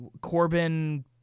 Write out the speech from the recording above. Corbin